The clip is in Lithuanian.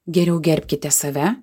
geriau gerbkite save